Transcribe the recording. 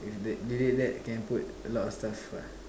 if they delete that can put alot of stuff what